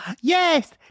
yes